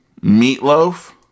Meatloaf